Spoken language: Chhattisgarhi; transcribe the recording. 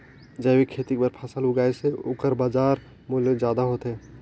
जैविक खेती बर फसल उगाए से ओकर बाजार मूल्य ज्यादा होथे